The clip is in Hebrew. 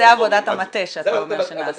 זה עבודת המטה שאתה אומר שנעשתה.